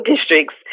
districts